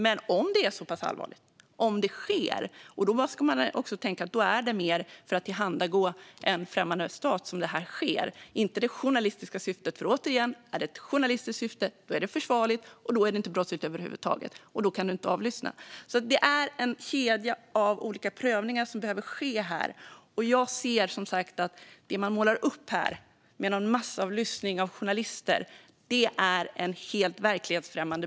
Men om det sker är det allvarligt om det handlar om att tillhandagå en främmande stat och inte om ett journalistiskt syfte, för är syftet journalistiskt är det alltså försvarligt och inte brottsligt över huvud taget; då kan man inte avlyssna. En kedja av prövningar behöver alltså ske, och jag ser som sagt att den bild man målar upp här, med massavlyssning av journalister, är helt verklighetsfrämmande.